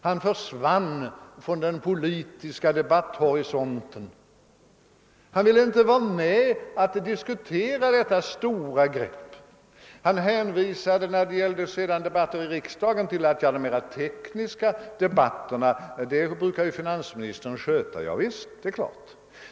Han försvann från den politiska debatthorisonten; han ville inte vara med och diskutera vad han såg som regeringens stora grepp. När det gällde debatter i riksdagen hänvisade ban till att finansministern brukar sköta de mer tekniska debatterna i skattefrågor. Ja visst, det är klart!